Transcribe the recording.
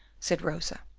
said rosa.